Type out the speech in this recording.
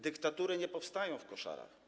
Dyktatury nie powstają w koszarach.